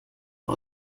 war